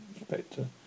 inspector